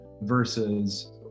versus